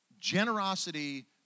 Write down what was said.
generosity